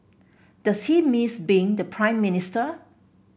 does he miss being the Prime Minister